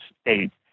states